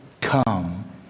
come